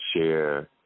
share